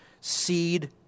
seed